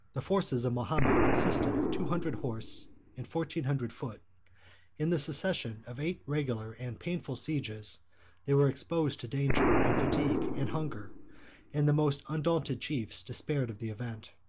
the forces of mahomet consisted of two hundred horse and fourteen hundred foot in the succession of eight regular and painful sieges they were exposed to danger, and fatigue, and hunger and the most undaunted chiefs despaired of the event.